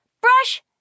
Brush